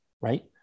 right